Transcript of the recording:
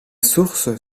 source